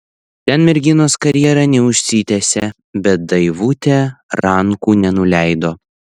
ten merginos karjera neužsitęsė bet daivutė rankų nenuleido